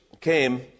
came